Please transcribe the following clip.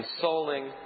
consoling